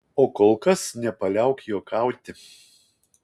o kol kas nepaliauk juokauti